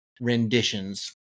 renditions